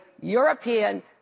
European